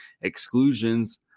Exclusions